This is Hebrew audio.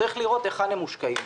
צריך לראות היכן הם מושקעים,